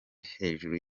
hejuru